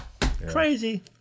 Crazy